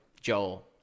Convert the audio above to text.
Joel